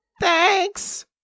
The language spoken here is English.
Thanks